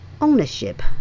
Ownership